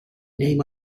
name